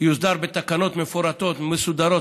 יוסדר בתקנות מפורטות ומסודרות,